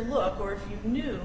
look or if you knew